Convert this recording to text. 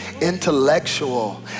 intellectual